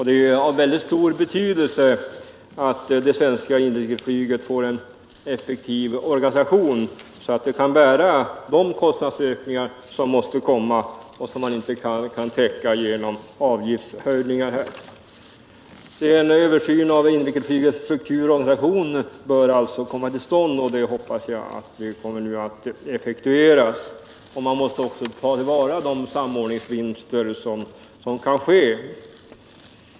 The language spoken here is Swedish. Det är av mycket stor betydelse att det svenska inrikesflyget får en effektiv organisation, så att det kan bära de kostnadsökningar som måste komma och som man inte kan täcka genom avgiftshöjningar. En översyn av inrikesflygets struktur och organisation bör alltså komma till stånd, och jag hoppas att så nu blir fallet. Man måste också ta till vara de samordningsvinster som kan åstadkommas.